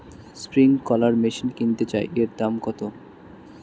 Sprinkler machine কিনতে চাই এর দাম কত?